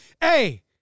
Hey